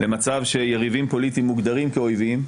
למצב שיריבים פוליטיים מוגדרים כאויבים,